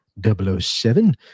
007